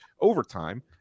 overtime